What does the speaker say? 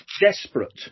desperate